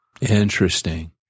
Interesting